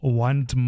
want